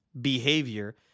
behavior